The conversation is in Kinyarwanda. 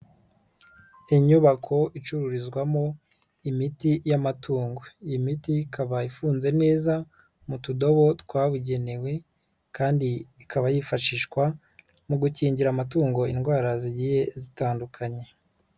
Inyubako icururizwamo imiti y'amatungo, iyi miti ikaba ifunze neza mu tudobo twabugenewe kandi ikaba yifashishwa mu gukingira amatungo indwara zigiye zitandukanye.